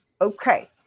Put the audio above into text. Okay